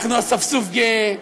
אנחנו אספסוף גאה,